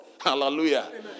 hallelujah